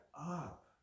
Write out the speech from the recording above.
up